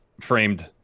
framed